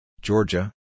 Georgia